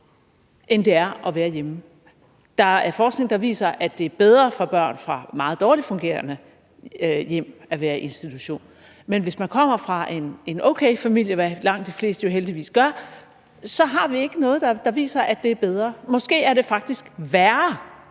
end det er at være hjemme. Der er forskning, der viser, at det er bedre for børn fra meget dårligt fungerende hjem at være i institution, men hvis man kommer fra en okay familie, hvad langt de fleste jo heldigvis gør, så er der ikke noget, der viser, at det er bedre. Måske er det faktisk værre,